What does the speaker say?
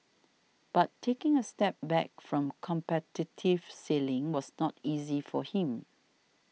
but taking a step back from competitive sailing was not easy for him